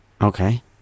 Okay